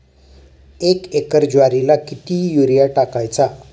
एक एकर ज्वारीला किती युरिया टाकायचा?